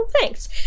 Thanks